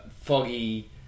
foggy